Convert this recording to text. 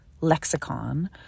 lexicon